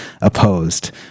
opposed